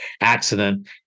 accident